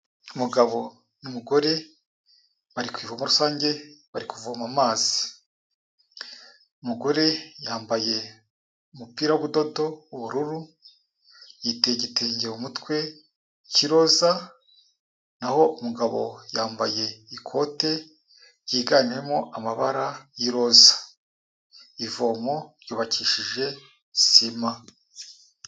Umugabo n'umugore bari ku ivomo rusange bari kuvoma amazi. Umugore yambaye umupira w'ubudodo w'ubururu yiteze igitenge mu mutwe k'iroza. Naho umugabo yambaye ikote ryiganjemo amabara y'iroza. Ivomo ryubakishije sima.